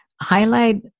Highlight